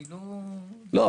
לא,